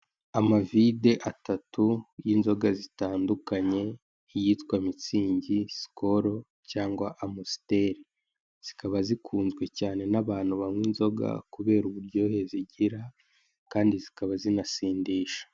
Amavude atatu y'inzoga zitandukanye iyitwa mitsingi, sikolo cyangwa amusiteri. Zikaba zikunzwe cyane n'abantu banywa inzoga kubera uburyohe zigira kandi zikaba zinasindisha.